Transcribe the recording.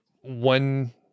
one